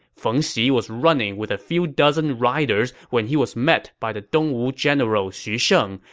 feng xi was running with a few dozen riders when he was met by the dongwu general xu sheng,